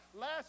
last